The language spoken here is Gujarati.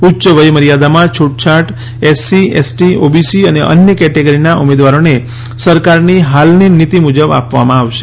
ઉચ્ય વયમર્યાદામાં છૂટછાટ એસસી એસટી ઓબીસી અને અન્ય કેટેગરીના ઉમેદવારોને સરકારની હાલની નીતિ મુજબ આપવામાં આવશે